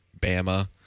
Bama